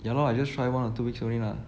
ya lor I just try one or two weeks only lah